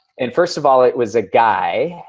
and, first of all, it was a guy.